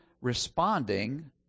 responding